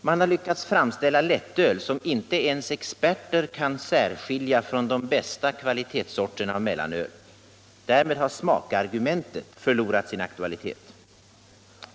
Man har lyckats framställa lättöl som inte ens experter kan särskilja från de bästa kvalitetssorterna av mellanöl. Därmed har smakargumentet helt förlorat sin aktualitet.